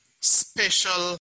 special